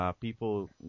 People